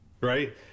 Right